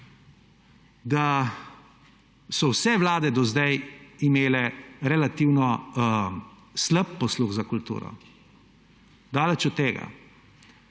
da so vse vlade do zdaj imele relativno slab posluh za kulturo. Daleč od tega.